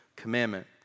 commandment